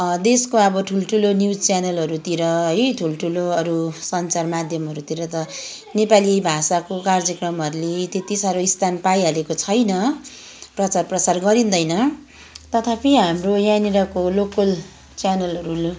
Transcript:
देशको अब ठुल्ठुलो न्युज च्यानलहरूतिर है ठुल्ठुलो अरू सञ्चार माध्यमहरूतिर त नेपाली भाषाको कार्यक्रमहरूले त्यति साह्रो स्थान पाइहालेको छैन प्रचार प्रसार गरिँदैन तथापि हाम्रो यहाँनिरको लोकल च्यानलहरू